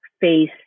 face